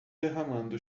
derramando